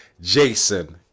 Jason